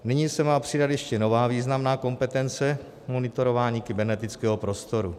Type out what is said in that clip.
Nyní se má přidat ještě nová významná kompetence monitorování kybernetického prostoru.